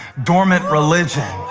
dormant religion?